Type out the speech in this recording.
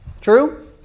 True